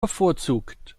bevorzugt